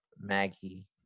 Maggie